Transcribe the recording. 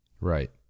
Right